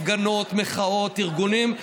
הפגנות, מחאות, ארגונים.